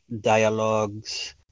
dialogues